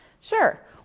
Sure